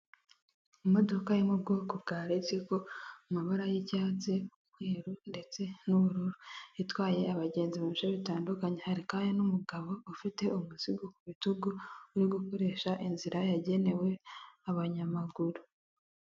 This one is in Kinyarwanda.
Imodoka yo mu bwoko bwa ritiko, amabara y'icyatsi, umweru ndetse n'ubururu itwaye abagenzi mu bice bitandukanye, hari kandi n'umugabo ufite umuzigo ku bitugu uri gukoresha inzira yagenewe abanyamaguru.